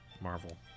Marvel